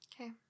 Okay